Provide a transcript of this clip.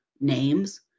names